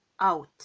out